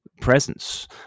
presence